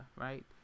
right